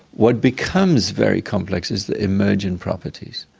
what becomes very complex is the emergent properties.